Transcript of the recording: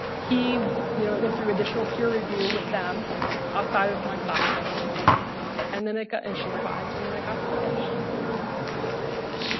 he you know it went through additional peer review with them outside of my class setting and then it got and she revised and then it got published i was like yes.